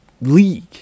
league